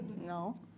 No